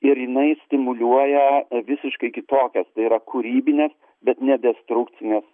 ir jinai stimuliuoja visiškai kitokias tai yra kūrybines bet ne destrukcines